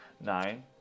Nine